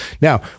Now